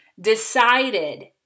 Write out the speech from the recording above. decided